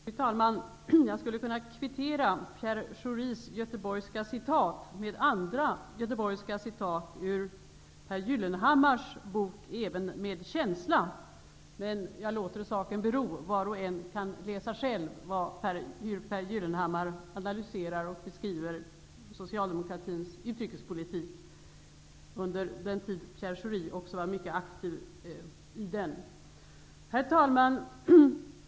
Fru talman! Jag skulle kunna kvittera Pierre Schoris göteborgska citat med andra göteborgska citat ur Pehr Gyllenhammars bok ''Även med känsla'', men jag låter saken bero. Var och en kan läsa själv hur Pehr Gyllenhammar analyserar och beskriver socialdemokratins utrikespolitik under den tid Pierre Schori också var mycket aktiv i den. Fru talman!